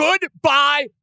Goodbye